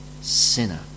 sinner